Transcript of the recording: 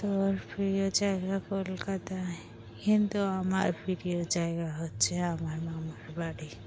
তোর প্রিয় জায়গা কলকাতায় কিন্তু আমার প্রিয় জায়গা হচ্ছে আমার মামার বাড়ি